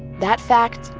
that fact,